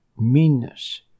meanness